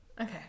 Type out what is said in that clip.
Okay